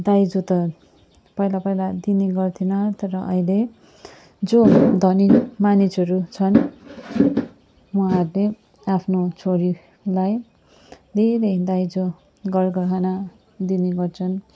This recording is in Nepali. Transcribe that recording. दाइजो त पहिला पहिला दिने गर्थेन तर अहिले जो धनी मानिसहरू छन् उहाँहरूले आफ्नो छोरीलाई धेरै दाइजो गरगहना दिने गर्छन्